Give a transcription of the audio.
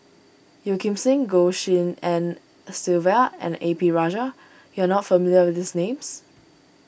Yeo Kim Seng Goh Tshin En Sylvia and A P Rajah you are not familiar with these names